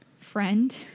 Friend